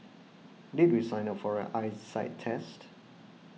did we sign up for an eyesight test